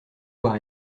voir